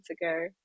ago